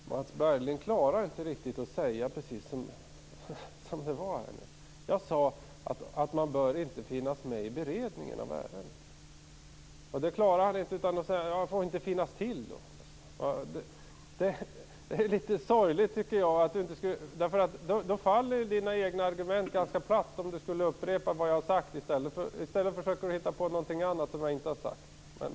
Herr talman! Mats Berglind klarar inte riktigt att säga precis som det var. Jag sade att man inte bör finnas med i beredningen av ärendet. Det klarar han inte att säga utan säger att man inte får finnas till. Om han skulle upprepa vad jag har sagt faller hans egna argument ganska platt. I stället försöker han hitta på något annat som jag inte har sagt.